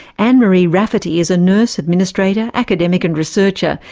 anne marie rafferty is a nurse, administrator, academic and researcher.